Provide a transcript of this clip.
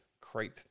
creep